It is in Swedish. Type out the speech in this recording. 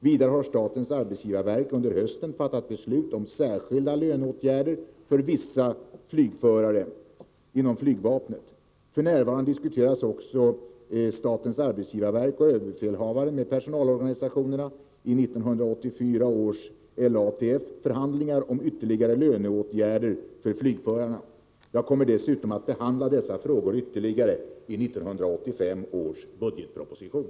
Vidare har statens arbetsgivarverk under hösten fattat beslut om särskilda löneåtgärder för vissa flygförare inom flygvapnet. F.n. diskuterar också statens arbetsgivarverk och överbefälhavaren med personalorganisationerna i 1984 års L-ATF-förhandlingar om ytterligare löneåtgärder för flygförarna. Jag kommer dessutom att behandla dessa frågor ytterligare i 1985 års budgetproposition.